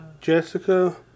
Jessica